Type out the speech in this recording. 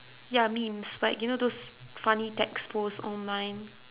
ya memes like you know those funny text post online